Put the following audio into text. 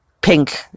pink